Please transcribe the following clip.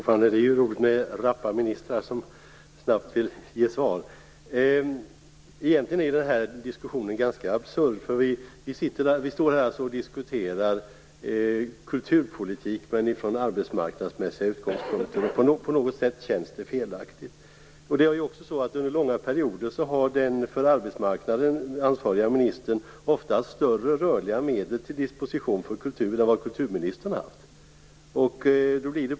Herr talman! Det är roligt med ministrar som snabbt vill ge svar. Egentligen är denna debatt ganska absurd. Vi står alltså här och diskuterar kulturpolitik från arbetsmarknadsmässiga utgångspunkter. På något sätt känns det fel. Under långa perioder har den för arbetsmarknaden ansvariga ministern oftast haft större rörliga medel till disposition för kultur än vad kulturministern har haft!